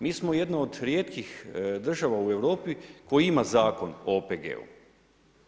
Mi smo jedna od rijetkih država u Europi, koja ima Zakon o OPG-u.